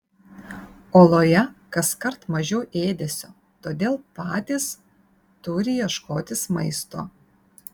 oloje kaskart mažiau ėdesio todėl patys turi ieškotis maisto